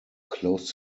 closed